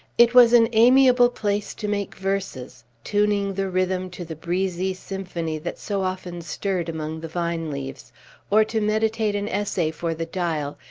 it was an admirable place to make verses, tuning the rhythm to the breezy symphony that so often stirred among the vine leaves or to meditate an essay for the dial,